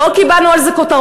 לא קיבלנו על זה כותרות.